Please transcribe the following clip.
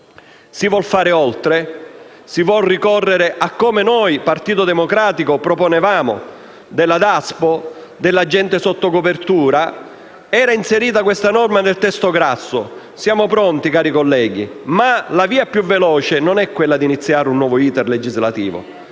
Si vuol fare di più, si vuol ricorrere, come noi del Partito Democratico proponevamo, al DASPO, all'agente sotto copertura (questa norma era inserita nel testo Grasso). Siamo pronti, colleghi, ma la via più veloce non è quella di iniziare un nuovo *iter* legislativo.